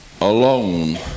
alone